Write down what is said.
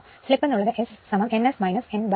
slip എന്ന് ഉള്ളത് Sn S nn S